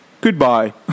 goodbye